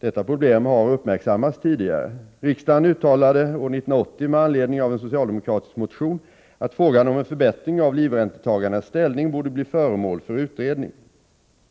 Detta problem har uppmärksammats tidigare. Riksdagen uttalade år 1980 med anledning av en socialdemokratisk motion att frågan om en förbättring av livräntetagarnas ställning borde bli föremål för utredning.